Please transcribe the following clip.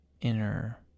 inner